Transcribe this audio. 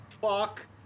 fuck